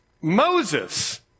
Moses